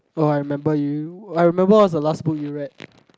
oh I remember you I remember what was the last book you read